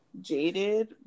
jaded